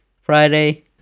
Friday